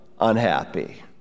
unhappy